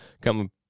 come